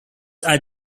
are